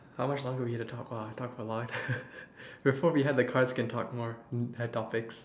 how much longer do we have to talk ah talk a lot before we have the cards can talk more had topics